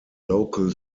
local